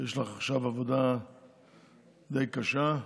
יש לך עכשיו עבודה די קשה,